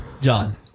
John